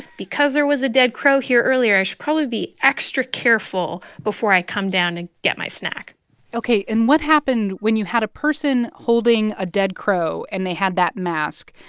because there was a dead crow here earlier, i should probably be extra careful before i come down and get my snack ok. and what happened when you had a person holding a dead crow, and they had that mask?